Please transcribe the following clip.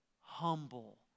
humble